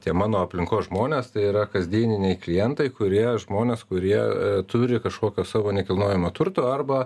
tie mano aplinkos žmonės tai yra kasdieniniai klientai kurie žmonės kurie turi kažkokio savo nekilnojamo turto arba